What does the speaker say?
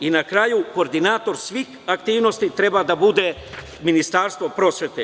Na kraju, koordinator svih aktivnosti treba da bude Ministarstvo prosvete.